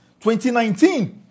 2019